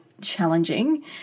challenging